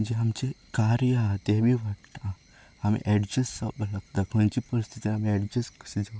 जें आमचें कार्य आसा तें बीन वाडटा आमी एडजस्ट जावपा लागता खंयची परिस्थिती आमी एडजस्ट कशें जावप